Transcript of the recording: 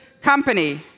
company